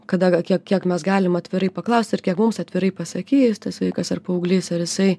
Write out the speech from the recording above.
kada kiek kiek mes galim atvirai paklaust ir kiek mums atvirai pasakys tas vaikas ar paauglys ar jisai